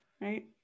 right